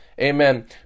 amen